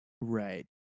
Right